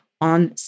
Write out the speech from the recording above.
on